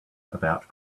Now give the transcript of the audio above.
about